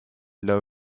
low